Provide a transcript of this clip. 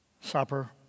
supper